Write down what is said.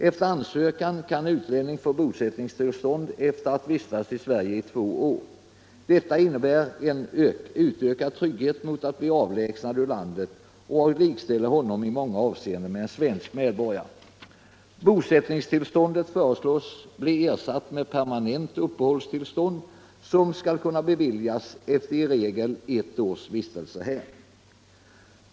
Efter ansökan kan utlänning få bosättningstillstånd, sedan han vistats i Sverige i två år. Detta innebär en ökad trygghet när det gäller risken att bli avlägsnad ur landet och likställer honom i många avseenden med svensk medborgare. Bosättningstillståndet föreslås bli ersatt med permanent uppehållstillstånd, som skall kunna beviljas efter i regel ett års vistelse här.